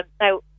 now